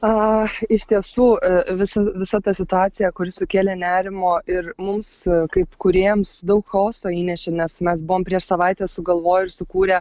aš iš tiesų visa visata situacija kuri sukėlė nerimo ir mums kaip kūrėjams daug chaoso įnešė nes mes buvom prieš savaitę sugalvoję ir sukūrę